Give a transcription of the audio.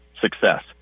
success